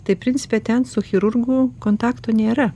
tai principe ten su chirurgu kontakto nėra